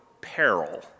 peril